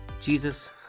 Jesus